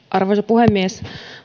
arvoisa puhemies